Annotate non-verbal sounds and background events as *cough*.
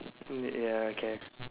*noise* ya okay